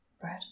bread